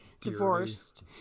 Divorced